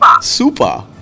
Super